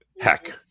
heck